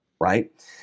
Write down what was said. right